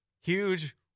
huge